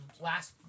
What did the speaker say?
last